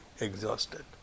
exhausted